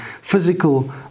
physical